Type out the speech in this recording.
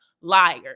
liar